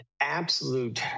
absolute